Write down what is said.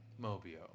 Mobio